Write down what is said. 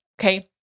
Okay